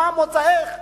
מה מוצאך,